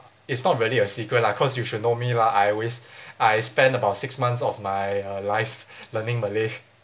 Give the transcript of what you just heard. it's not really a secret lah cause you should know me lah I always I spend about six months of my uh life learning malay